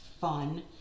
fun